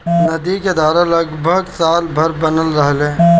नदी क धार लगभग साल भर बनल रहेला